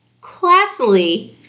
classily